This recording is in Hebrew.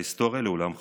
ההיסטוריה לעולם חוזרת,